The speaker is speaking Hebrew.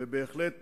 ובהחלט